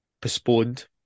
postponed